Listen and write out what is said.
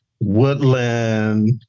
woodland